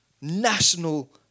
national